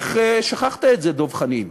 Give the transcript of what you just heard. איך שכחת את זה, דב חנין?